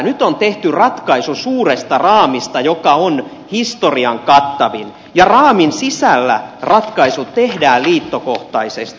nyt on tehty ratkaisu suuresta raamista joka on historian kattavin ja raamin sisällä ratkaisut tehdään liittokohtaisesti